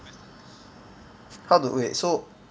how to wait so